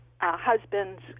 husband's